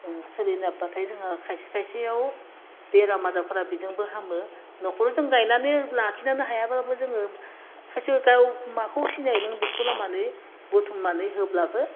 सोलिनो हाबाथाय जोंहा खायसे खायसेआव बेराम आजारफोरा बेजोंबो हामो नख'रजों गायनानै लाखिनानै हायाब्लाबो जोङो खायसे गाव माखौ सिनायो नों बेखौल' मानि बुथुमनानै होब्लाबो